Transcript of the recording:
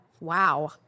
Wow